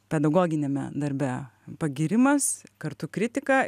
pedagoginiame darbe pagyrimas kartu kritika